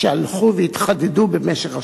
שהלכו והתחדדו במשך השנים.